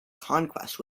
conquest